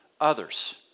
others